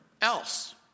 else